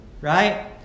Right